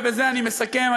ובזה אני מסכם,